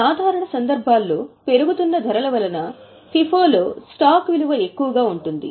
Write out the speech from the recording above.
పెరుగుతున్న ధరల సందర్భంలో ఇది సాధారణ సందర్భం FIFO లో స్టాక్ విలువ ఎక్కువగా ఉంటుంది